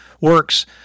works